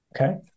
Okay